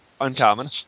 uncommon